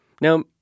Now